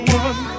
one